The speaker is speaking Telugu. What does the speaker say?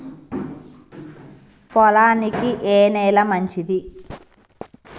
పొలానికి ఏ నేల మంచిది?